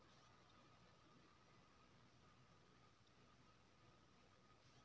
कीड़ाक खेतीकेँ मिनीलिवस्टॉक वा माइक्रो स्टॉक सेहो कहल जाइत छै